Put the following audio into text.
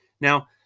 Now